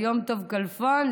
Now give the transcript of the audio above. כלפון.